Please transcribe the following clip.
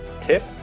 tip